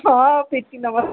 ହଁ ଫିଟି ନବ